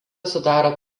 sudaro